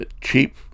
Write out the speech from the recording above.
cheap